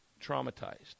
traumatized